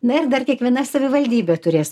nu ir dar kiekviena savivaldybė turės